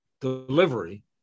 delivery